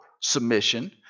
submission